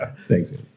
Thanks